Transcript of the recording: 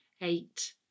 eight